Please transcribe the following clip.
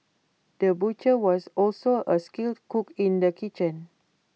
the butcher was also A skilled cook in the kitchen